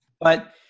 But-